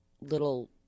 little